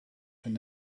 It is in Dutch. zijn